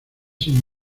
sin